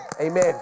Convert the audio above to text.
Amen